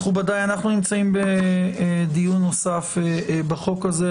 מכובדיי, אנחנו בדיון נוסף בחוק הזה.